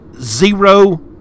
zero